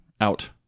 Out